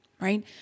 right